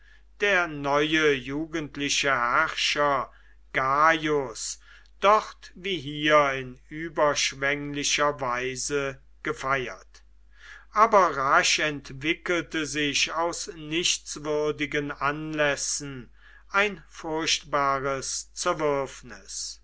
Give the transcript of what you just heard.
der neue jugendliche herrscher gaius dort wie hier in überschwenglicher weise gefeiert aber rasch entwickelte sich aus nichtswürdigen anlässen ein furchtbares zerwürfnis